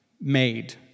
Made